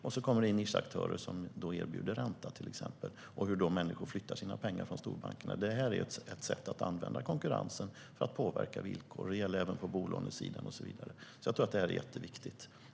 Om det kommer nischaktörer som erbjuder ränta flyttar människor flyttar sina pengar från storbankerna. Det här ett sätt att använda konkurrensen för att påverka villkor. Det gäller även på bolagens sida. Det här är jätteviktigt.